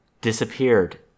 disappeared